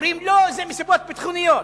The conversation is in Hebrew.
אומרים: לא, זה מסיבות ביטחוניות.